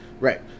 right